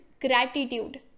gratitude